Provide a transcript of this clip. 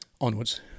Onwards